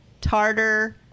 tartar